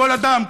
כל אדם,